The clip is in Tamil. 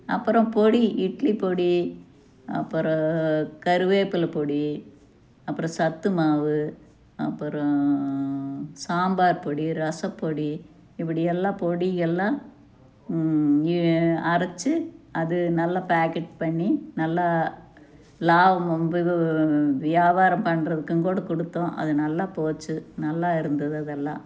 அப்புறோம் பொடி இட்லிப்பொடி அப்புறோம் கருவேப்பிலை பொடி அப்புறோம் சத்துமாவு அப்புறோம் சாம்பார் பொடி ரசப்பொடி இப்படி எல்லாம் பொடிகள்லாம் இ அரச்சு அது நல்லா பேக்கெட் பண்ணி நல்லா லா வியாபாரம் பண்ணுறதுக்கும் கூட கொடுத்தோம் அது நல்லா போய்ச்சு நல்லா இருந்தது அது எல்லாம்